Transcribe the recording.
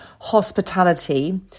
hospitality